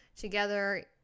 together